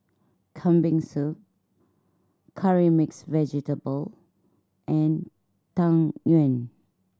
Kambing Soup Curry Mixed Vegetable and Tang Yuen